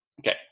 okay